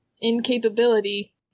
incapability